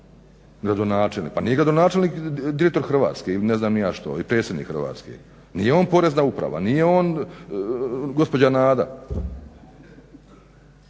pa nije gradonačelnik direktor Hrvatske ili ne znam ni ja što ili predsjednik Hrvatske, nije on Porezna uprava, nije on gospođa Nada.